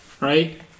right